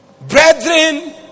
brethren